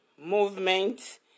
movement